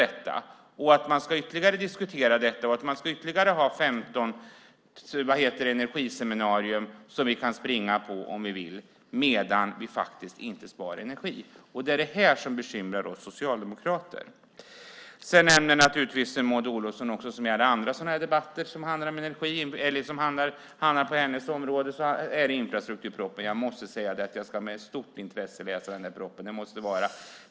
Sedan ska frågan diskuteras ytterligare och vi ska kunna springa på ytterligare 15 energiseminarier om vi vill, alltmedan vi inte sparar energi. Det bekymrar oss socialdemokrater. Precis som i alla andra debatter som gäller hennes ansvarsområden nämner Maud Olofsson infrastrukturpropositionen. Jag måste säga att jag ska läsa den med stort intresse.